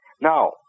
Now